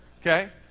Okay